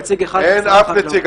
אין אף נציג.